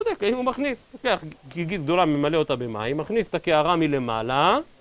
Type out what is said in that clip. אם הוא מכניס לוקח גיגית גדולה ממלא אותה במים, מכניס את הקערה מלמעלה